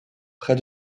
près